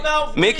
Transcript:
בלי קהל.